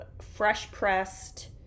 fresh-pressed